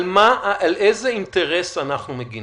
על איזה אינטרס אנחנו מגנים?